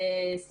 זה